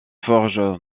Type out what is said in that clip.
forge